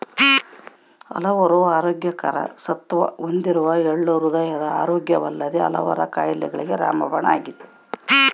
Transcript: ಹಲವಾರು ಆರೋಗ್ಯಕರ ಸತ್ವ ಹೊಂದಿರುವ ಎಳ್ಳು ಹೃದಯದ ಆರೋಗ್ಯವಲ್ಲದೆ ಹಲವಾರು ಕಾಯಿಲೆಗಳಿಗೆ ರಾಮಬಾಣ ಆಗಿದೆ